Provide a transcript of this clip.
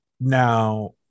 now